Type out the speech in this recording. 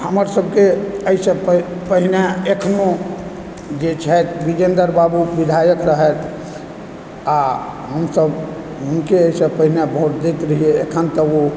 हमरसभकें एहिसँ पहिने अखनो जे छथि बिजेन्द्र बाबू विधायक रहथि आ हमसभ हुनके एहिसँ पहिने भोट दैत रहियै अखन तऽ ओ